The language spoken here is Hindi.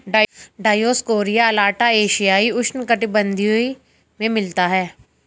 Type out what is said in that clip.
डायोस्कोरिया अलाटा एशियाई उष्णकटिबंधीय में मिलता है